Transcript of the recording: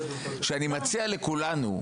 שאני מציע לכולנו,